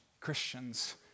Christians